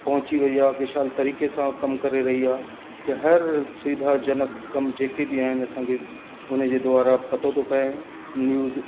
पहुची वई आहे विशाल तरीक़े सां कमु करे रही आहे कि हर सुविधा जनक कमु जेके बि आहिनि असां खे उन जे द्वारा पतो थो पए न्यूज़